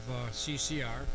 CCR